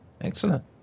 Excellent